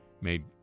made